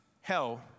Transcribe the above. hell